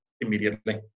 immediately